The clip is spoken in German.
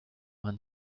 man